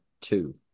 two